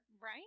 Right